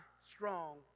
strong